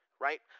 Right